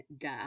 duh